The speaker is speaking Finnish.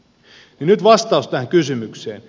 ja nyt vastaus tähän kysymykseen